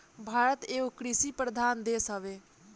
भारत एगो कृषि प्रधान देश हवे